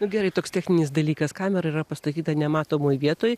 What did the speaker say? nu gerai toks techninis dalykas kamera yra pastatyta nematomoj vietoj